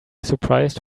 surprised